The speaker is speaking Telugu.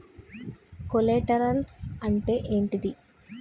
కొలేటరల్స్ అంటే ఏంటిది?